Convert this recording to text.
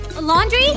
Laundry